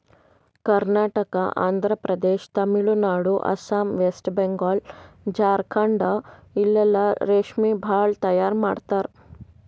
Karnataka, Andhra Pradesh, Tamil Nadu, Assam, west Bengal, Jharkhand ಇಲ್ಲೆಲ್ಲಾ ರೇಶ್ಮಿ ಭಾಳ್ ತೈಯಾರ್ ಮಾಡ್ತರ್